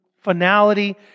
finality